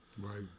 Right